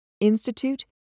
institute